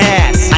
ass